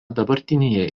dabartinėje